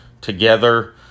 together